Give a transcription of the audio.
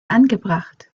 angebracht